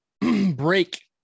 break